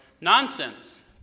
Nonsense